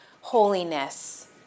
holiness